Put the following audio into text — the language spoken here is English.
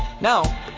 Now